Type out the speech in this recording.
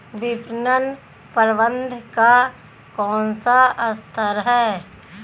विपणन प्रबंधन का कौन सा स्तर है?